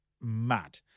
mad